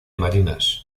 marinas